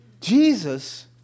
Jesus